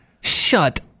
Shut